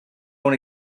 own